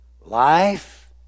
Life